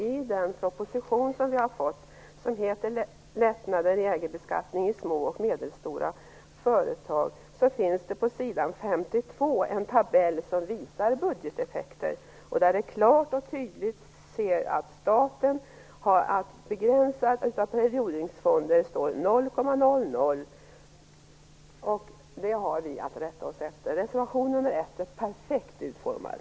I den proposition som vi har fått, som heter Lättnader i ägarbeskattning i små och medelstora företag, finns det på s. 52 en tabell som visar budgeteffekter. Där kan man klart och tydligt se att när det gäller begränsning av periodiseringfonder står det 0,00. Det har vi att rätta oss efter. Reservation nr 1 är perfekt utformad.